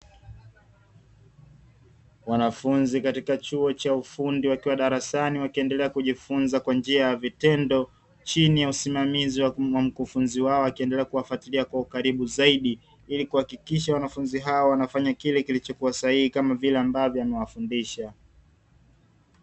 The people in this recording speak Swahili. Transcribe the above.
Wanafunzi katika chuo cha ufundi, wakiwa darasani wakiendelea kujifunza kwa njia ya vitendo, chini ya usimamizi wa mkufunzi wao, akiendelea kuwafuatilia kwa ukaribu Zaidi, ili kuhakikisha wanafunzi hawa wanafanya kile kilichokuwa sahihi, kama vile alivyowafundisha.